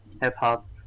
hip-hop